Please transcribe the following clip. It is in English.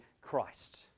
Christ